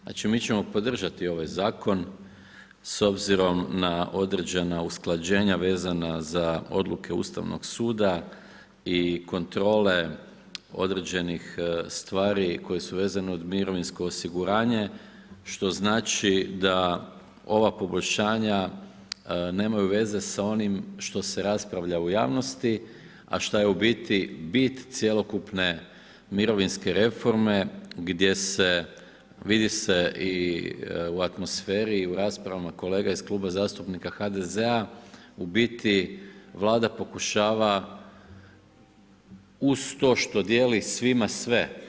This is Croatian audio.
Znači mi ćemo podržati ovaj zakon s obzirom na određena usklađenja vezana za odluke Ustavnog suda i kontrole određenih stvari koje su vezane uz mirovinsko osiguranje što znači da ova poboljšanja nemaju veze s onim što se raspravlja u javnosti a šta je u biti bit cjelokupne mirovinske reforme gdje se vidi se i u atmosferi i u raspravama kolega iz Kluba zastupnika HDZ-a u biti Vlada pokušava uz to što dijeli svima sve.